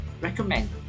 recommend